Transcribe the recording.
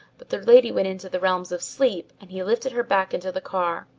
but the lady went into the realms of sleep and he lifted her back into the car.